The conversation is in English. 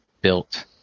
built